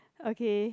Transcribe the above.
okay